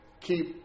keep